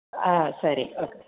ஆ சரி ஓகே